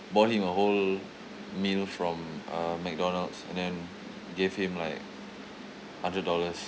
bought him a whole meal from uh mcdonald's and then gave him like hundred dollars